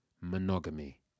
monogamy